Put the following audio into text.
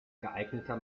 geeigneter